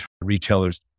retailers